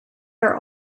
are